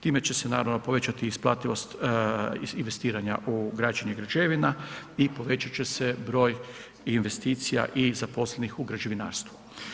Time će se naravno povećat i isplativost investiranje u građenje građevina i povećat će se broj investicija i zaposlenih u građevinarstvu.